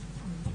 טועה,